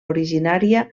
originària